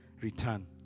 return